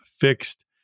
fixed